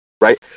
right